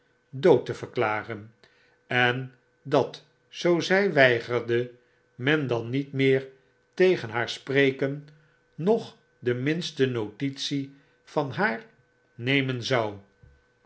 dood te verklaren en dat zoo zy weigerde men dan niet meer tegen haar spreken noch de minste notitie van haar nemen zou